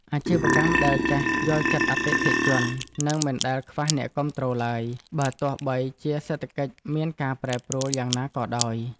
អាជីវកម្មដែលចេះយល់ចិត្តអតិថិជននឹងមិនដែលខ្វះអ្នកគាំទ្រឡើយ បើទោះបីជាសេដ្ឋកិច្ចមានការប្រែប្រួលយ៉ាងណាក៏ដោយ។